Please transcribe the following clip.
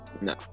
no